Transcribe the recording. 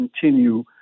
continue